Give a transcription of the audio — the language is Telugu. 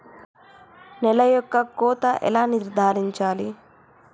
నేల యొక్క కోత ఎలా నిర్ధారించాలి?